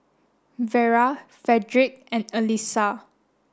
Vera Frederick and Alisa